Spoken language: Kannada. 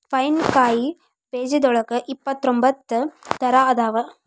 ಪೈನ್ ಕಾಯಿ ಬೇಜದೋಳಗ ಇಪ್ಪತ್ರೊಂಬತ್ತ ತರಾ ಅದಾವ